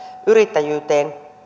yrittäjyyttä